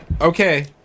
Okay